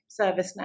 ServiceNow